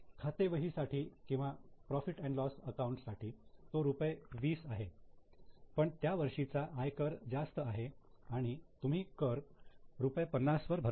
खाते वही साठी किंवा profit and loss account profit loss साठी तो रुपये 20 आहे पण त्या वर्षीचा आयकर जास्त आहे आणि तुम्ही कर रुपये 50 वर भराल